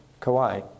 Kauai